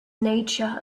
nature